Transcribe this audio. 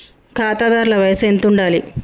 ఖాతాదారుల వయసు ఎంతుండాలి?